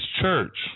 church